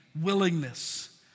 willingness